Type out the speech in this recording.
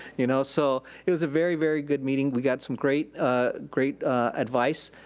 you know so it was a very very good meeting, we got some great ah great advice.